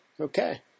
Okay